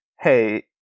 Hey